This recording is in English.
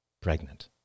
pregnant